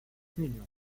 millions